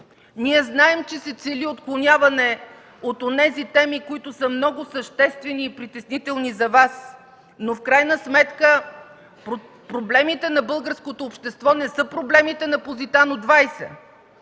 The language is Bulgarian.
Ние знаем, че се цели отклоняване от онези теми, които са много съществени и притеснителни за Вас, но в крайна сметка проблемите на българското общество на са проблемите на „Позитано” 20.